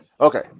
Okay